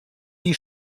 die